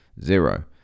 zero